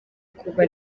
kuva